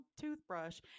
toothbrush